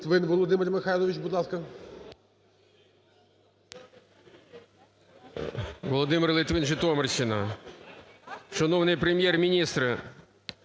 Володимир Литвин, Житомирщина. Шановний Прем’єр-міністре